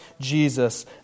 Jesus